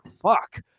fuck